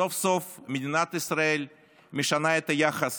סוף-סוף מדינת ישראל משנה את היחס